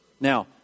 Now